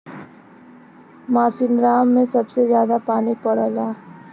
मासिनराम में सबसे जादा पानी पड़ला